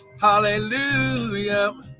Hallelujah